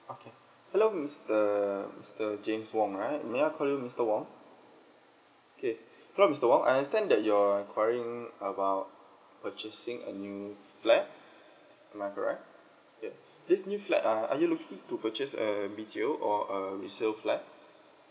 okay hello mister mister james wong right may I call you mister wong K hello mister wong I understand that you're enquiring about purchasing a new flat am I correct yup this new flat uh are you looking into purchase a B_T_O or a resale flat